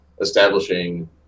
establishing